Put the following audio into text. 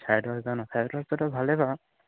চাৰে দছ হাজাৰ নহ্ চাৰে দছ হেজাৰতো ভালে পাম